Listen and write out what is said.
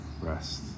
Rest